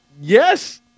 Yes